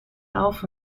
auf